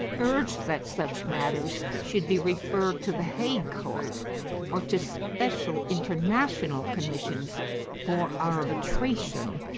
urged that such matters should be referred to the hague court or to special international commissions for arbitration.